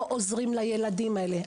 לא עוזרים לילדים האלה,